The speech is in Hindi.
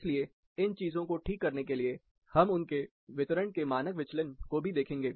इसलिए इन चीजों को ठीक करने के लिए हम उनके वितरण के मानक विचलन को भी देखेंगे